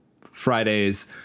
Fridays